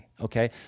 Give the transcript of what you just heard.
Okay